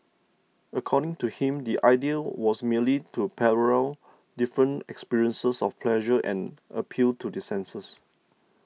according to him the idea was merely to parallel different experiences of pleasure and appeal to the senses